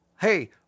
Hey